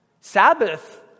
Sabbath